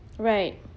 right